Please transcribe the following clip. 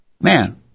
Man